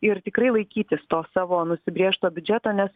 ir tikrai laikytis to savo nusibrėžto biudžeto nes